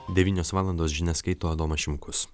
devynios valandos žinias skaito adomas šimkus